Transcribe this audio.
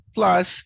Plus